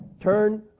Turn